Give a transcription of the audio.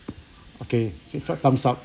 okay fi~ fi~ time's up